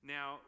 Now